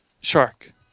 shark